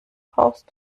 brauchst